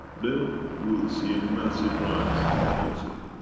then we'll see a massive rise in cancer.